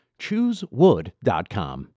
Choosewood.com